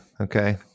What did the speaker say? okay